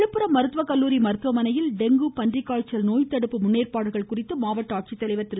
விழுப்புரம் மருத்துவக்கல்லூரி மருத்துவமனையில் டெங்கு பன்றிக்காய்ச்சல் நோய் தடுப்பு முன்னேற்பாடுகள் குறித்து மாவட்ட ஆட்சித்தலைவர் திரு